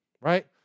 right